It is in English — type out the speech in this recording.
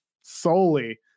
solely